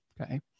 Okay